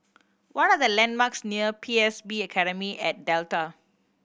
what are the landmarks near P S B Academy at Delta